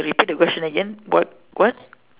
repeat the question again what what